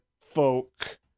folk